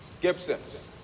Gibsons